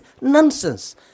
nonsense